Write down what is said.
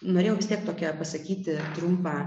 norėjau vis tiek tokią pasakyti trumpą